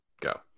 go